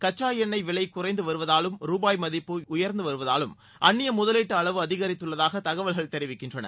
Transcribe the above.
கச்சா எண்ணெய் விலை குறைந்து வருவதாலும் ருபாய் மதிப்பு உயர்ந்து வருவதாலும் அன்னிய முதலீட்டு அளவு அதிகரித்துள்ளதாக தகவல்கள் தெரிவிக்கின்றன